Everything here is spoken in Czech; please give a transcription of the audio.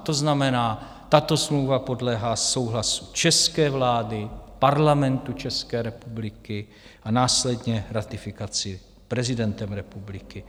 To znamená, tato smlouva podléhá souhlasu české vlády, Parlamentu České republiky a následně ratifikaci prezidentem republiky.